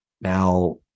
Now